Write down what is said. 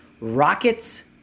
Rockets